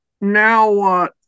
Now